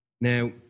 Now